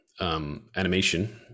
animation